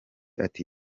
ati